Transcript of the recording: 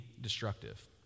destructive